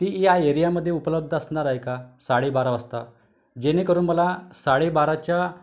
ती या एरियामध्ये उपलब्ध असणार आहे का साडेबारा वाजता जेणेकरून मला साडेबाराच्या